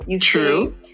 True